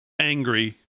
angry